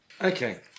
Okay